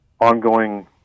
ongoing